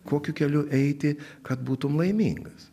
kokiu keliu eiti kad būtum laimingas